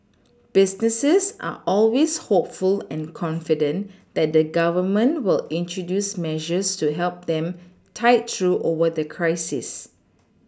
businesses are always hopeful and confident that the Government will introduce measures to help them tide through over the crisis